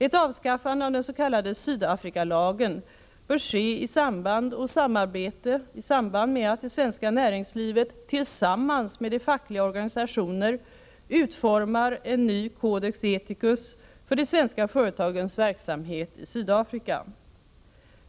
Ett avskaffande av den s.k. Sydafrikalagen bör ske i samband med att det svenska näringslivet, tillsammans med de fackliga organisationerna, utformar en ny Codex Ethicus för de svenska företagens verksamhet i Sydafrika.